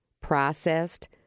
processed